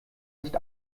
nicht